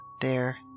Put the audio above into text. There